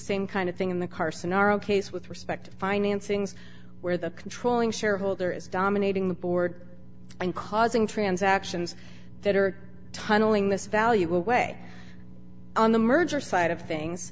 same kind of thing in the carson are ok so with respect financings where the controlling shareholder is dominating the board and causing transactions that are tunneling this value away on the merger side of things